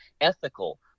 ethical